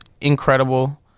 incredible